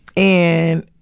and,